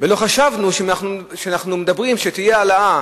ולא חשבנו שאנחנו מדברים שתהיה העלאה